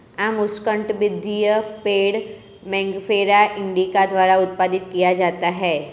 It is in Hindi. आम उष्णकटिबंधीय पेड़ मैंगिफेरा इंडिका द्वारा उत्पादित किया जाता है